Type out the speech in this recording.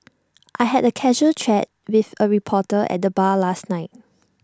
I had A casual chat with A reporter at the bar last night